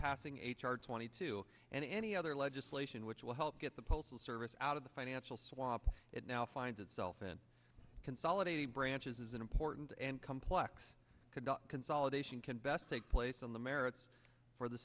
passing h r twenty two and any other legislation which will help get the postal service out of the financial swamp it now finds itself in consolidating branches is an important and complex could the consolidation can best take place on the merits for the